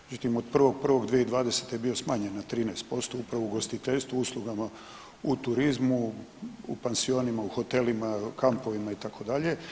Međutim, od 1.1.2020. je bio smanjen na 13% upravo u ugostiteljstvu, u uslugama u turizmu, u pansionima, u hotelima, kampovima itd.